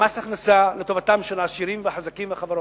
מס הכנסה לטובתם של העשירים והחזקים והחברות.